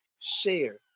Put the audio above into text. share